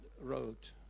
wrote